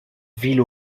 villes